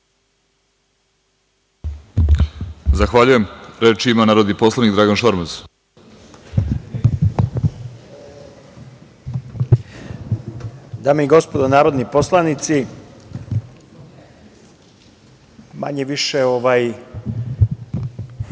Zahvaljujem. Reč ima narodni poslanik Dragan Šormaz.